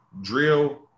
Drill